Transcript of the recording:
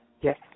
Yes